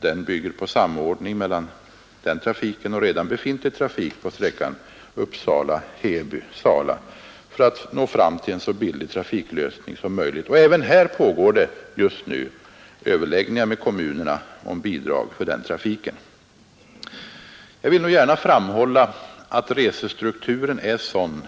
Denna bygger på samordning mellan den trafiken och redan befintlig trafik på sträckan Uppsala—-Heby—Sala för att nå fram till en så billig trafiklösning som möjligt. Även i detta fall pågår det just nu överläggningar med kommunerna om bidrag för trafiken. Jag vill gärna framhålla att resestrukturen här är sådan